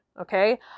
Okay